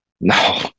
no